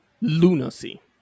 lunacy